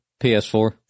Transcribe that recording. PS4